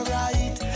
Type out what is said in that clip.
right